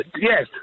Yes